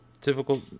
Typical